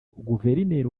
guverineri